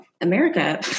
America